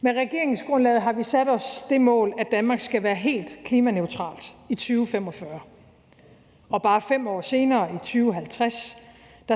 Med regeringsgrundlaget har vi sat os det mål, at Danmark skal være helt klimaneutralt i 2045, og bare 5 år senere, i 2050,